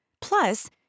plus